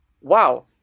wow